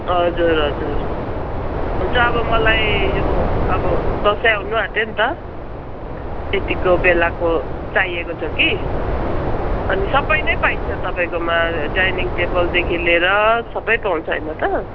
हजुर हजुर हुन्छ अब मलाई यो अब दसैँ आउनु आँट्यो नि यतिको बेलाको चाहिएको छ कि अनि सबै नै पाइन्छ तपाईँकोमा डाइनिङ टेबलदेखि लिएर सबै पाउँछ होइन त